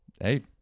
hey